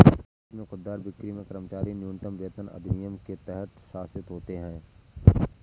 भारत में खुदरा बिक्री में कर्मचारी न्यूनतम वेतन अधिनियम के तहत शासित होते है